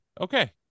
Okay